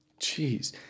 Jeez